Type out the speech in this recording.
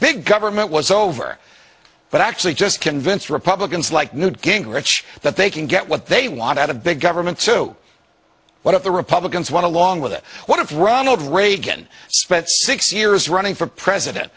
big government was over but actually just convince republicans like newt gingrich that they can get what they want out of big government to what the republicans want to long with it what if ronald reagan spent six years running for president